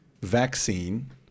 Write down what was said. vaccine